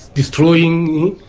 destroying,